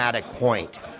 point